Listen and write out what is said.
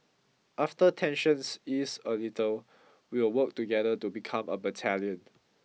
after tensions ease a little we'll work together to become a battalion